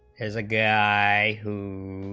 is a guy who